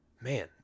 Man